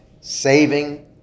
saving